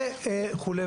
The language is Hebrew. וכו'.